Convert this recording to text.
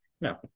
No